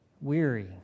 weary